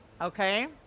Okay